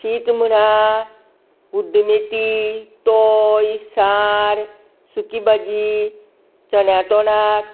शीत म्हणा उड्डमेथी तोय सार सुखी भाजी चण्या तोंडाक